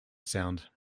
sound